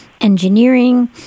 engineering